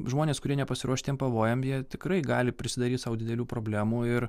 žmonės kurie nepasiruošę tiem pavojam jie tikrai gali prisidaryt sau didelių problemų ir